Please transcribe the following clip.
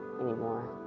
anymore